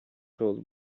cold